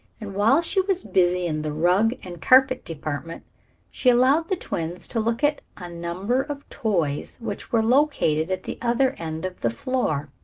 and while she was busy in the rug and carpet department she allowed the twins to look at a number of toys which were located at the other end of the floor.